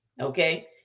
okay